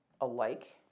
alike